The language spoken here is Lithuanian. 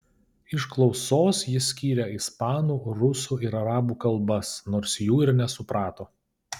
iš klausos jis skyrė ispanų rusų ir arabų kalbas nors jų ir nesuprato